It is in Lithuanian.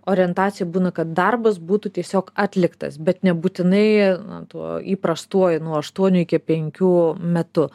orientacija būna kad darbas būtų tiesiog atliktas bet nebūtinai na tuo įprastuoju nuo aštuonių iki penkių metu